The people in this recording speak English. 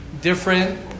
different